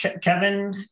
Kevin